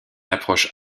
approche